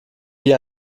wie